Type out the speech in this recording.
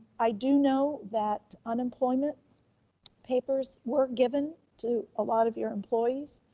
i do know that unemployment papers were given to a lot of your employees.